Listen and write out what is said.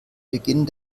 beginn